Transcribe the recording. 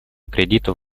кредитов